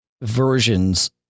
versions